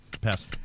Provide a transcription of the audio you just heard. Pass